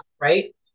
right